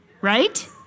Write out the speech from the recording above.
right